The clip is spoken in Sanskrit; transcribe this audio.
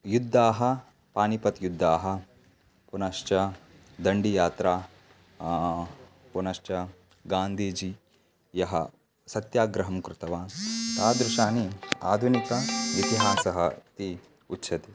युद्धाः पानिपतयुद्धाः पुनश्च दाण्डियात्रा पुनश्च गान्धीजी यः सत्याग्रहं कृतवान् तादृशान् आधुनिकः इतिहासः इति उच्यते